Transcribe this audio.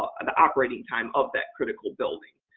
and the operating time of that critical building.